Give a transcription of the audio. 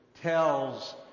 tells